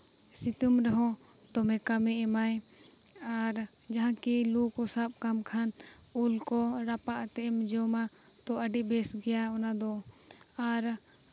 ᱥᱤᱛᱩᱝ ᱨᱮᱦᱚᱸ ᱫᱚᱢᱮ ᱠᱟᱹᱢᱤ ᱮᱢᱟᱭ ᱟᱨ ᱡᱟᱦᱟᱸ ᱜᱮ ᱞᱩ ᱠᱚ ᱥᱟᱵ ᱠᱟᱢ ᱠᱷᱟᱱ ᱩᱞ ᱠᱚ ᱨᱟᱯᱟᱜ ᱟᱛᱮᱫ ᱮᱢ ᱡᱚᱢᱟ ᱛᱚ ᱟᱹᱰᱤ ᱵᱮᱥ ᱜᱮᱭᱟ ᱚᱟᱱ ᱫᱚ ᱟᱨ